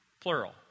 plural